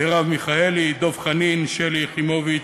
מרב מיכאלי, דב חנין, שלי יחימוביץ,